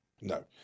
No